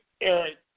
Eric